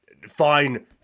fine